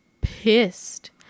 pissed